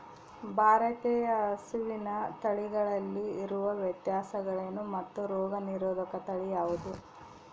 ಭಾರತೇಯ ಹಸುವಿನ ತಳಿಗಳಲ್ಲಿ ಇರುವ ವ್ಯತ್ಯಾಸಗಳೇನು ಮತ್ತು ರೋಗನಿರೋಧಕ ತಳಿ ಯಾವುದು?